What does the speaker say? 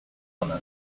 onak